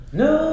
no